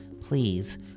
please